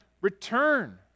return